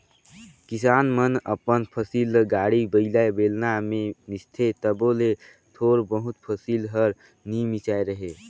किसान मन अपन फसिल ल गाड़ी बइला, बेलना मे मिसथे तबो ले थोर बहुत फसिल हर नी मिसाए रहें